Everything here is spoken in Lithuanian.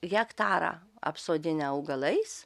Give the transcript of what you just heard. hektarą apsodinę augalais